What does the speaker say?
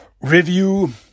review